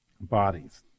bodies